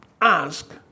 ask